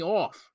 off